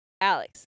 Alex